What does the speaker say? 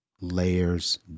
layers